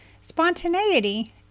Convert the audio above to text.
Spontaneity